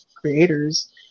creators